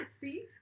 See